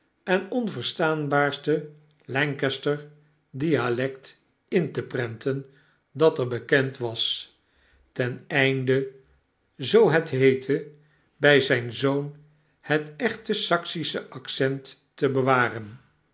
en onverstaanbaarste lancaster-dialect in te prenten dat erbekend was ten einde zoo het heette bij zijn zoon het echte saksische accent te bewaren